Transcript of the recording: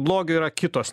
blogio yra kitos